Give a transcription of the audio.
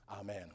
Amen